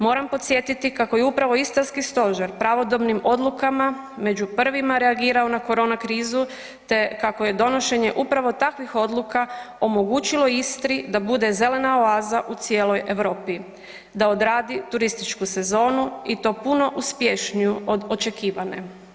Moram podsjetiti kako je upravo istarski stožer pravodobnim odlukama među prvima reagirao na korona krizu, te kako je donošenje upravo takvih odluka omogućilo Istri da bude zelena oaza u cijeloj Europi da odradi turističku sezonu i to puno uspješniju od očekivane.